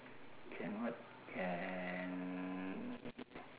can what can